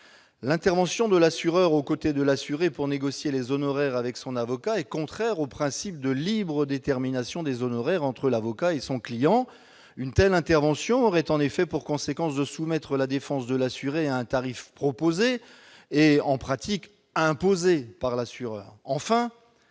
l'intervention de l'assureur aux côtés de l'assuré pour négocier les honoraires avec son avocat est contraire au principe de libre détermination des honoraires entre l'avocat et son client. Une telle intervention aurait pour conséquence de soumettre la défense de l'assuré à un tarif proposé et, en pratique, imposé par l'assureur.